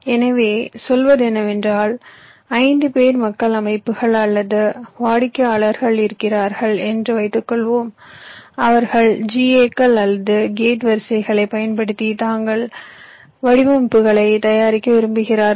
எனவே சொல்வது என்னவென்றால் ஐந்து பேர் மக்கள் அமைப்புகள் அல்லது வாடிக்கையாளர்கள் இருக்கிறார்கள் என்று வைத்துக்கொள்வோம் அவர்கள் GA கள் அல்லது கேட் வரிசைகளைப் பயன்படுத்தி தங்கள் வடிவமைப்புகளைத் தயாரிக்க விரும்புகிறார்கள்